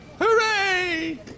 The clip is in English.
Hooray